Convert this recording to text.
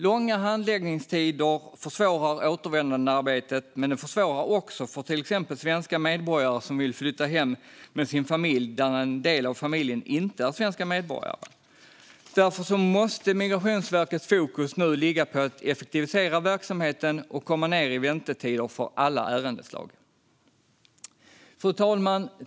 Lång handläggningstid försvårar återvändandearbetet, men det försvårar också för till exempel svenska medborgare som vill flytta hem och där en del av familjen inte är svenska medborgare. Därför måste Migrationsverkets fokus ligga på att effektivisera verksamheten och komma ned i väntetid för alla ärendeslag. Fru talman!